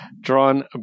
Drawn